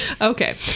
Okay